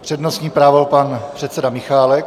Přednostní právo, pan předseda Michálek.